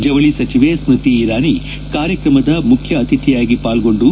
ಜವಳಿ ಸಚಿವೆ ಸೃತಿ ಇರಾನಿ ಅವರು ಕಾರ್ಯಕ್ರಮದ ಮುಖ್ಯ ಅತಿಥಿಯಾಗಿ ಪಾಲ್ಗೊಂಡು